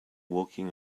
walking